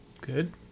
good